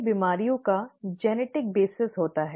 कई बीमारियों का आनुवंशिक आधार होता है